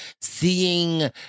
seeing